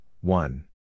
one